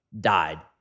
died